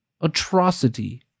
atrocity